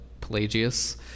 Pelagius